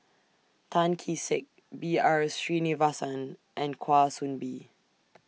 Tan Kee Sek B R Sreenivasan and Kwa Soon Bee